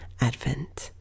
Advent